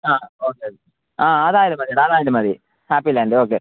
ആ okay okay ആ അതായാലും മതി അതായാലും മതി ഹാപ്പി ലാൻഡ് ഓക്കെ